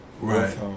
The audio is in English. right